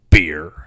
Beer